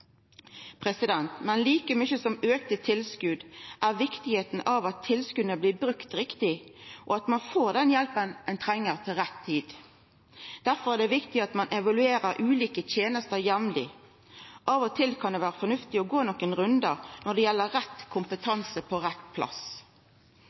tilskot. Men like viktig som auka tilskot er det at tilskota blir brukte riktig, og at ein får den hjelpa ein treng til rett tid. Derfor er det viktig at ein evaluerer ulike tenester jamleg. Av og til kan det vera fornuftig å gå nokre rundar når det gjeld rett